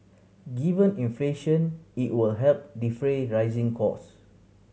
given inflation it will help defray rising cost